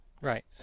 Right